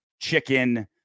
chicken